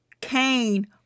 Cain